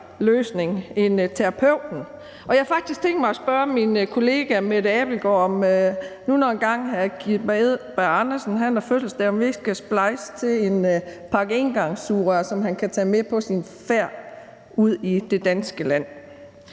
løsning end terapeuten. Jeg har faktisk tænkt mig at spørge min kollega fru Mette Abildgaard, om vi ikke, når hr. Kim Edberg Andersen engang har fødselsdag, skal splejse til en pakke engangssugerør, som han kan tage med på sin færd ud i det danske land.